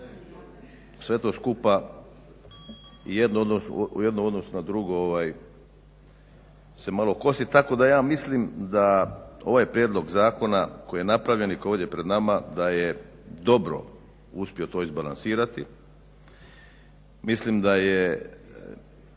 sve to skupa jedno u odnosu na drugo se malo kosi tako da ja mislim da ovaj prijedlog zakona koji je napravljen i koji je ovdje pred nama da je dobro uspio to izbalansirati. Mislim da je